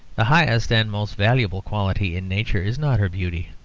the highest and most valuable quality in nature is not her beauty,